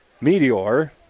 Meteor